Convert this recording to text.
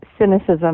cynicism